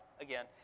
again